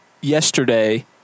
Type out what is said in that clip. yesterday